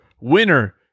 Winner